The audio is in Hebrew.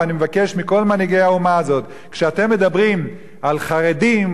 ואני מבקש מכל מנהיגי האומה הזאת: כשאתם מדברים על חרדים,